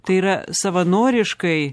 tai yra savanoriškai